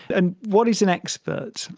and what is an expert?